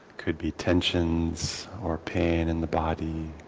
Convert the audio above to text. could be tensions or pain in the body,